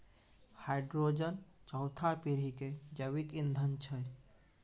hydrogen चौथा पीढ़ी के जैविक ईंधन छै